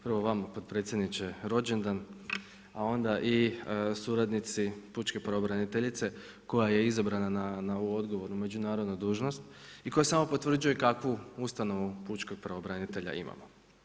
Prvo vama potpredsjedniče rođendan, a onda i suradnici pučke pravobraniteljice koja je izabrana na ovu odgovornu međunarodnu dužnost i koja samo potvrđuje kakvu ustanovu Pučkog pravobranitelja imamo.